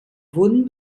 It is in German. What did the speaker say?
wurden